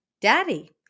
Daddy